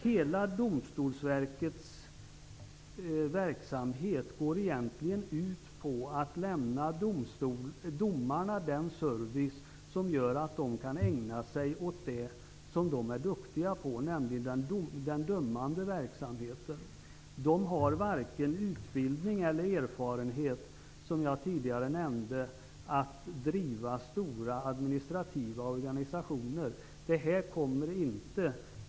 Hela Domstolsverkets verksamhet går egentligen ut på att lämna domarna den service som gör att de kan ägna sig åt det som de är duktiga på, nämligen den dömande verksamheten. De har varken utbildning för eller erfarenhet av att driva stora administrativa organisationer, som jag tidigare nämnde.